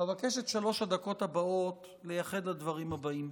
אבקש את שלוש הדקות הבאות לייחד לדברים הבאים.